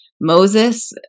Moses